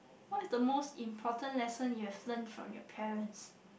what is the most important lesson you have learnt from your parents